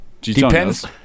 Depends